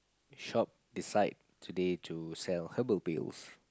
shop is like today to sell herbal pills